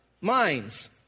Minds